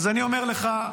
אז אני אומר לך,